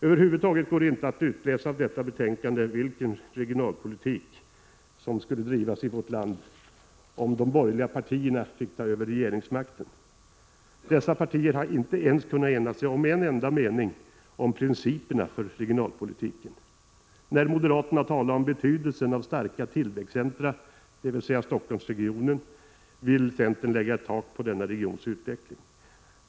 Över huvud taget går det inte att av detta betänkande utläsa vilken regionalpolitik som skulle drivas i vårt land om de borgerliga partierna fick ta över regeringsmakten. Dessa partier har inte kunnat enas om ens en enda mening om principerna för regionalpolitiken. När moderaterna talar om betydelsen av starka tillväxtcentra, dvs. Stockholmsregionen, vill centern lägga ett tak på denna regions utveckling.